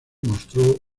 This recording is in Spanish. mostró